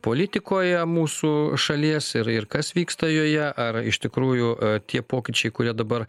politikoje mūsų šalies ir ir kas vyksta joje ar iš tikrųjų tie pokyčiai kurie dabar